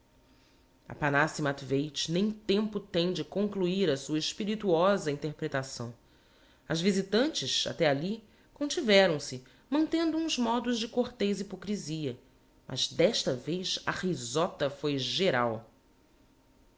verdadeiro aphanassi matveich nem tempo tem de concluir a sua espirituosa interpretação as visitantes até ali contiveram se mantendo uns módos de cortês hypocrisia mas d'esta vez a risota foi geral